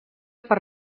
per